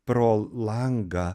pro langą